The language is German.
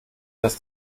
das